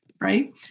right